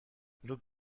look